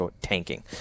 tanking